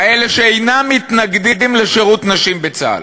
כאלה שאינם מתנגדים לשירות נשים בצה"ל,